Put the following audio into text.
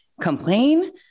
complain